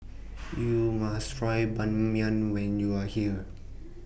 YOU must Try Ban Mian when YOU Are here